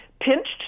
pinched